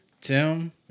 Tim